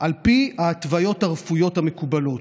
על פי ההתוויות הרפואיות המקובלות.